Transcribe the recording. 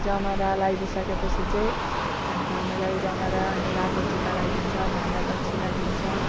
जमरा लगाइदिइ सके पछि चाहिँ अन्त मजाले जमरा अनि रातो टिका लगाइदिन्छन् हामीलाई दक्षिणा दिन्छ